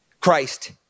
Christ